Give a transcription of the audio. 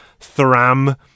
thram